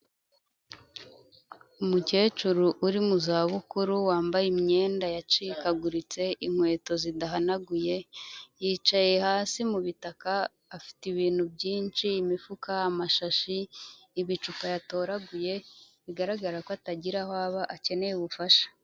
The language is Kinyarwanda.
Umukecuru uri mu zabukuru wambaye imyenda yacikaguritse, inkweto zidahanaguye, yicaye hasi mu bitaka, afite ibintu byinshi imifuka, amashashi, ibicupa yatoraguye, bigaragara ko atagira aho aba akeneye ubufasha.